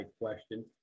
question